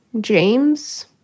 James